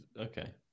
Okay